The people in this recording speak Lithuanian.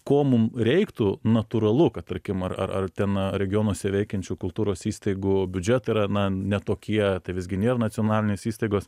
ko mum reiktų natūralu kad tarkim ar ar ten regionuose veikiančių kultūros įstaigų biudžetai yra na ne tokie tai visgi nėr nacionalinės įstaigos